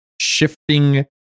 shifting